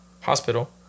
hospital